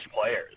players